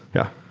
yeah